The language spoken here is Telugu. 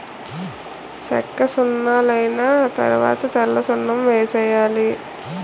సెక్కసున్నలైన తరవాత తెల్లసున్నం వేసేయాలి